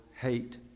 hate